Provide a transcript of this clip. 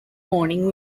morning